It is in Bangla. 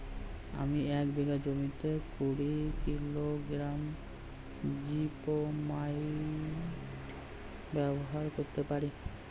আমি এক বিঘা জমিতে কুড়ি কিলোগ্রাম জিপমাইট ব্যবহার করতে পারি?